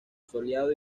soleado